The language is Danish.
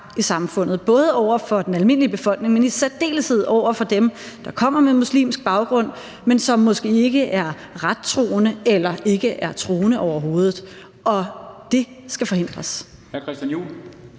i samfundet, både over for den almindelige befolkning, men i særdeleshed over for dem, der kommer med en muslimsk baggrund, men som måske ikke er rettroende eller ikke er troende overhovedet. Og det skal forhindres.